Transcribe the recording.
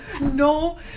no